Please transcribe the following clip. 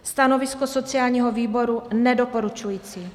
Stanovisko sociálního výboru: nedoporučující.